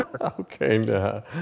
Okay